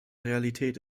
realität